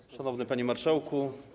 Szanowny Panie Marszałku!